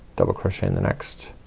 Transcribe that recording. double crochet in the next.